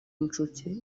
y’incuke